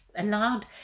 allowed